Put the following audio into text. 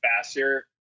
faster